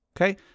Okay